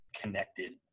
connected